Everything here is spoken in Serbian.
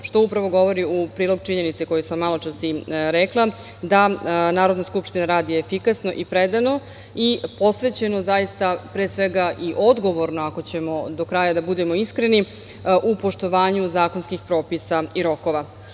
što upravo govori u prilog činjenici, koju sam malopre rekla, da Narodna skupština radi efikasno i predano i posvećeno, zaista i pre svega i odgovorno ako ćemo do kraja da budemo iskreni, u poštovanju zakonskih propisa i rokova. Pravni